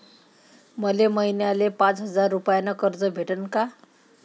मले महिन्याले पाच हजार रुपयानं कर्ज भेटन का?